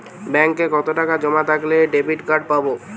ব্যাঙ্কে কতটাকা জমা থাকলে ডেবিটকার্ড পাব?